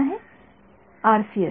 विद्यार्थीः आरसीएस